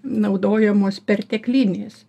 naudojamos perteklinės